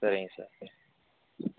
சரிங்க சார்